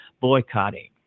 boycotting